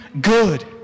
good